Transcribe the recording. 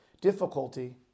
Difficulty